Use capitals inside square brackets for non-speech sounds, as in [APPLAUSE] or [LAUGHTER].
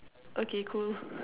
okay cool [LAUGHS]